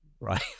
right